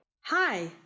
Hi